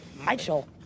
Michael